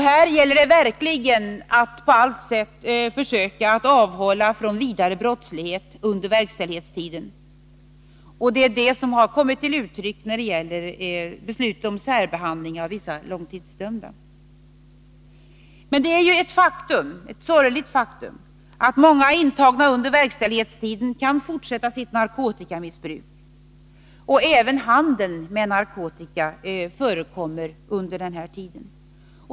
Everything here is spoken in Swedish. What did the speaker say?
Här gäller det verkligen att på allt sätt försöka avhålla från vidare brottslighet under verkställighetstiden. Det är det som har kommit till uttryck när det gäller beslutet om särbehandling av vissa långtidsdömda. Men det är ju ett sorgligt faktum att många intagna under verkställighetstiden kan fortsätta sitt narkotikamissbruk och att även handel med narkotika förekommer under den här tiden.